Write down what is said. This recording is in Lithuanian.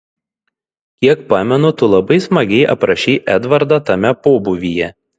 kiek pamenu tu labai smagiai aprašei edvardą tame pobūvyje